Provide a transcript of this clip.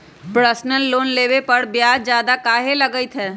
Personal loan लेबे पर ब्याज ज्यादा काहे लागईत है?